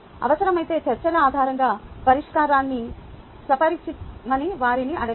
అవసరమైతే చర్చల ఆధారంగా పరిష్కారాన్ని సవరించమని వారిని అడగండి